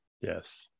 Yes